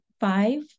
five